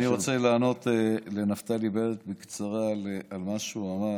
אני רוצה לענות לנפתלי בנט בקצרה על מה שהוא אמר,